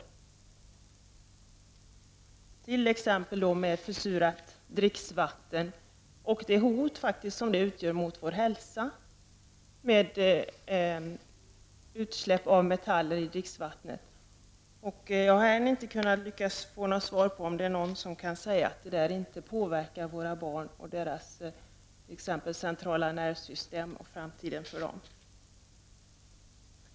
Dricksvattnet är t.ex. försurat och utgör ett hot mot vår hälsa genom utsläpp av metaller. Jag har ännu inte lyckats få något svar på om någon kan säga att detta inte påverkar våra barn, deras centrala nervsystem och deras framtid.